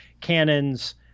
cannons